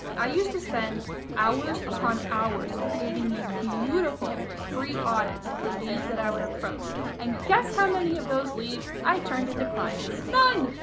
i used to spend hours upon hours creating these beautiful free audits for leads that i would approach and guess how many of those leads i turned into clients? none.